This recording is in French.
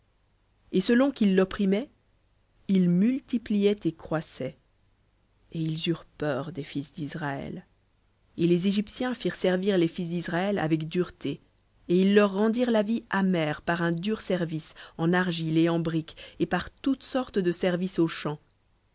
et selon qu'ils l'opprimaient il multipliait et croissait et ils eurent peur des fils disraël et les égyptiens firent servir les fils d'israël avec dureté et ils leur rendirent la vie amère par un dur service en argile et en briques et par toute sorte de service aux champs